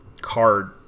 card